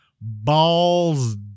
balls